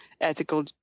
ethical